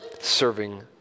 Serving